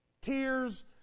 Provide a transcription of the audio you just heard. Tears